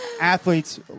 athletes